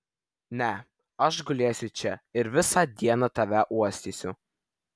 ne aš gulėsiu čia ir visą dieną tave uostysiu